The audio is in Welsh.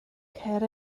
ceir